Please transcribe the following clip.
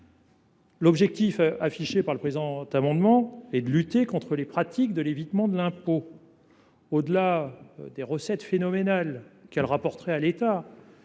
L’objectif affiché dans le présent amendement est la lutte contre les pratiques d’évitement de l’impôt. Au delà des recettes phénoménales qu’elle rapporterait à l’État,